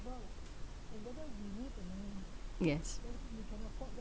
yes